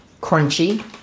crunchy